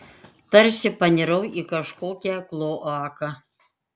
tarsi panirau į kažkokią kloaką